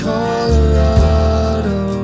Colorado